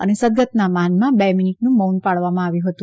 અને સદગતના માનમાં બે મીનીટનું મૌન પાળવામાં આવ્યું હતું